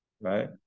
right